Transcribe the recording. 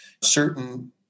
certain